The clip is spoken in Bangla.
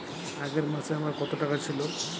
আগের মাসে আমার কত টাকা ছিল?